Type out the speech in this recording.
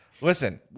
Listen